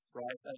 right